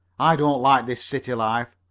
i don't like this city life.